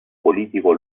politico